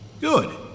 Good